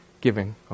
giving